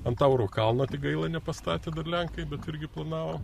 ant tauro kalno tik gaila nepastatė dar lenkai bet irgi planavo